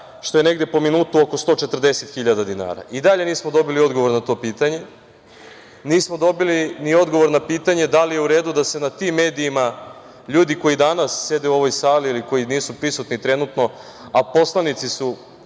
što je negde po minutu 140 hiljada dinara? I dalje nismo dobili odgovor na to pitanje. Nismo dobili ni odgovor na pitanje da li je u redu da se na tim medijima ljudi koji danas sede u ovoj sali ili koji nisu prisutni trenutno, a poslanici su